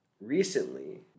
recently